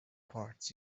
parts